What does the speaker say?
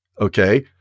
Okay